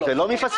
זה לא מפסוטה?